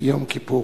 יום כיפור,